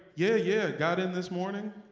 yeah, yeah. got in this morning.